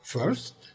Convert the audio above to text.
First